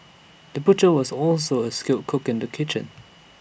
the butcher was also A skilled cook in the kitchen